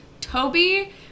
Toby